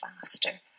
faster